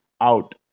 out